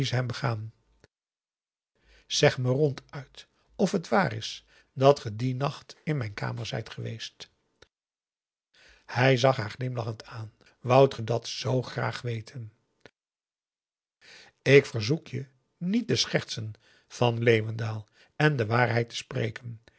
zeg me ronduit of het waar is dat ge dien nacht in mijn kamer zijt geweest p a daum de van der lindens c s onder ps maurits hij zag haar glimlachend aan woudt ge dat zoo graag weten ik verzoek je niet te schertsen van leeuwendaal en de waarheid te spreken